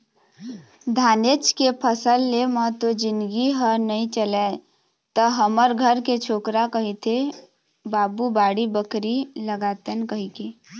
धानेच के फसल ले म तो जिनगी ह नइ चलय त हमर घर के छोकरा कहिथे बाबू बाड़ी बखरी लगातेन कहिके